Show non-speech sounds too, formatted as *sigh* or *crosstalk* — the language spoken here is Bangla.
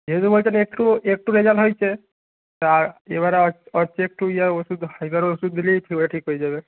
যেহেতু বলছেন একটু একটু রেজাল্ট হয়েছে আর এবারে ওর ওর চেয়ে একটু ইয়ে ওষুধ হাই *unintelligible* ওষুধ দিলেই এবারে ঠিক হয়ে যাবে